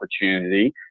opportunity